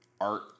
art